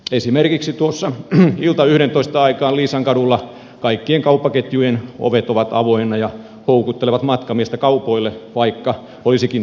esimerkiksi tuossa ilta yhdentoista aikaan liisankadulla kaikkien kauppaketjujen ovet ovat avoinna ja houkuttelevat matkamiestä kaupoille vaikka olisikin jo kotiintulon aika